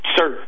Sir